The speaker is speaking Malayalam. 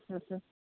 മ്മ് മ്മ്